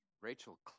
Rachel